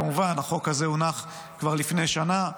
כמובן, החוק הזה הונח כבר לפני שנה.